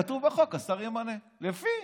כתוב בחוק שהשר ימנה לפי